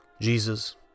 Jesus